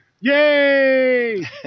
Yay